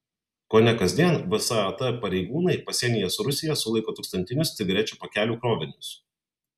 kone kasdien vsat pareigūnai pasienyje su rusija sulaiko tūkstantinius cigarečių pakelių krovinius